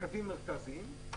קווים מרכזיים.